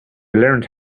learned